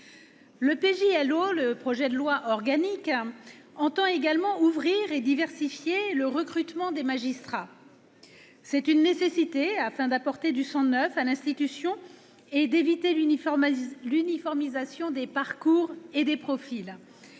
société. Le projet de loi organique prévoit également d'ouvrir et de diversifier le recrutement des magistrats. C'est une nécessité si l'on veut apporter du sang neuf à l'institution et éviter l'uniformisation des parcours et des profils.